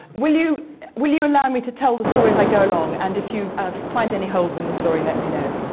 will you will you allow me to tell the story as i go along, and if you find any holes in the story, let me know.